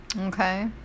okay